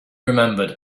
remembered